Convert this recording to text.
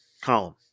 column